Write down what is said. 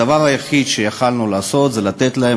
הדבר היחיד שיכולנו לעשות זה לתת להם